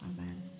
Amen